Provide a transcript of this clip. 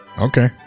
Okay